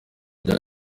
bya